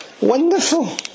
Wonderful